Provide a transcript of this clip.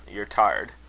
you're tired.